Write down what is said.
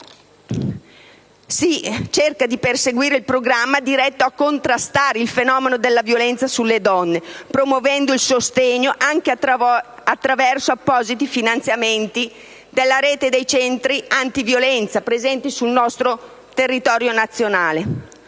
cerca di perseguire il programma diretto a contrastare il fenomeno della violenza sulle donne, promuovendo il sostegno, anche attraverso appositi finanziamenti, della rete dei centri antiviolenza presenti sul nostro territorio nazionale.